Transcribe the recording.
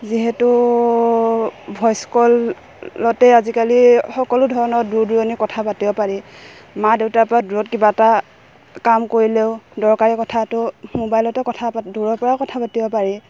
যিহেতু ভইচ কলতে আজিকালি সকলো ধৰণৰ দূৰ দূৰণি কথা পাতিব পাৰি মা দেউতাৰপৰা দূৰত কিবা এটা কাম কৰিলেও দৰকাৰী কথাটো মোবাইলতে কথা পাতি দূৰৰপৰাও কথা পাতিব পাৰি